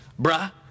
bruh